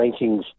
rankings